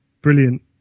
brilliant